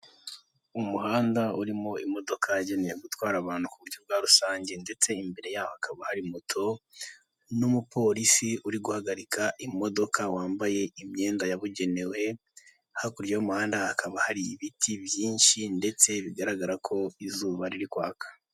Umuhanda urimo imodoka yagenewe gutwara abantu ku buryo bwa rusange, ndetse imbere yaho hakaba hari moto n'umupolisi uri guhagarika imodoka wambaye imyenda yabugenewe, hakurya y'umuhanda hakaba hari ibiti byinshi ndetse bigaragara ko izuba riri kwaka.